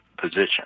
position